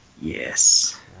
Yes